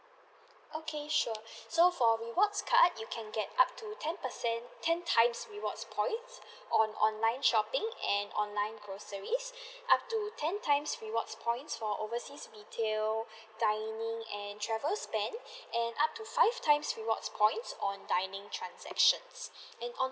okay sure so for rewards card you can get up to ten percent ten times rewards points on online shopping and online groceries up to ten times rewards points for overseas retail dining and travel spend and up to five times rewards points on dining transactions and on